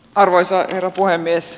arvoisa herra puhemies